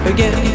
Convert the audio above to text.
Again